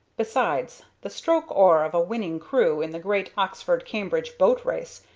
besides, the stroke-oar of a winning crew in the great oxford-cambridge boat-race,